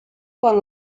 quan